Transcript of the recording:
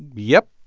yep,